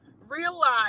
realize